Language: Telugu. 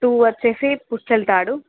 టూ వచ్చేసి పుస్తెల తాడు